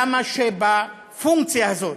למה שבפונקציה הזאת,